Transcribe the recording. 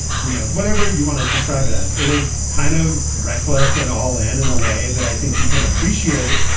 you know, whatever you want to describe it as, it was kind of reckless and all. and in a way that i think you can appreciate,